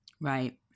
Right